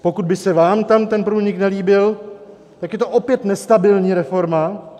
Pokud by se vám tam ten průnik nelíbil, tak je to opět nestabilní reforma.